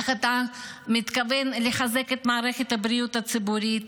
איך אתה מתכוון לחזק את מערכת הבריאות הציבורית.